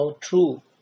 true